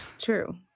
True